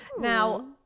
Now